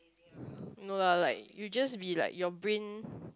no lah like you just be like your brain